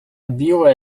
біла